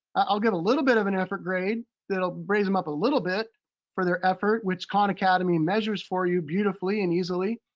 i'll give a little bit of an effort grade that will raise them up a little bit for their effort, which khan academy measures for you beautifully and easily.